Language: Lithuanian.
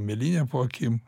mėlynė po akim